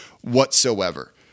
whatsoever